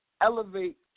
Elevate